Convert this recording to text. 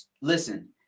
listen